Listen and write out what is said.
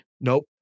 nope